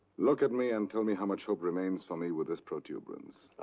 look at me and tell me how much hope remains for me with this protuberance.